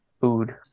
food